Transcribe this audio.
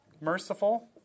Merciful